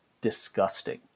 disgusting